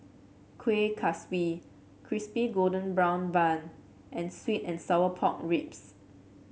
Kueh Kaswi Crispy Golden Brown Bun and sweet and Sour Pork Ribs